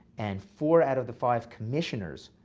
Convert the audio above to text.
and four out of the five commissioners.